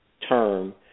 term